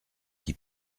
qui